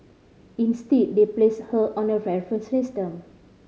instead they placed her on a reference system